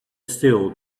still